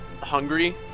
hungry